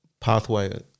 pathway